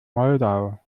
moldau